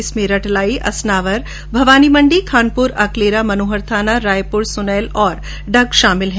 इनमें रटलाई असनावर भवानीमंडी खानपुर अकलेरा मनोहरथाना रायपुर सुनैल और डग शामिल हैं